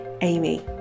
amy